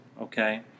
okay